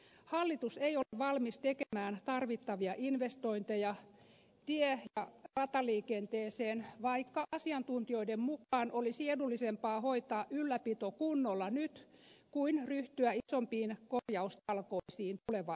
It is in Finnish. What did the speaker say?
hallitus ei ole valmis tekemään tarvittavia investointeja tie ja rataliikenteeseen vaikka asiantuntijoiden mukaan olisi edullisempaa hoitaa ylläpito kunnolla nyt kuin ryhtyä isompiin korjaustalkoisiin tulevaisuudessa